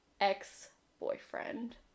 ex-boyfriend